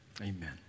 Amen